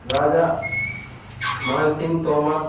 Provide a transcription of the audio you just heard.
Raja Mansingh Tomar